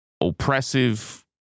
oppressive